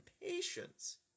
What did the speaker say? patience